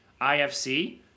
IFC